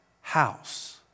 house